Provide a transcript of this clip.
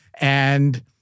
and-